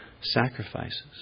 sacrifices